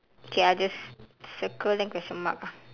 okay I just circle then question mark ah